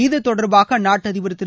இத்தொடர்பாக அந்நாட்டு அதிபர் திரு